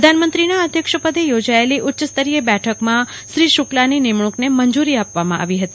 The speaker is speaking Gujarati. પ્રધાનમંત્રીના અધ્યક્ષ પદે યોજાયેલી ઉચ્ચસ્તરીય બેઠકમાં શ્રી શ્રક્લાની નિમણૂંકને મંજૂરી આપવામાં આવી હતી